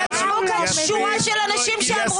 ישבו כאן שורה של אנשים שאמרו לך.